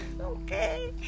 okay